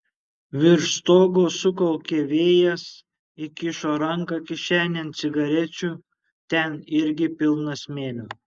virš stogo sukaukė vėjas įkišo ranką kišenėn cigarečių ten irgi pilna smėlio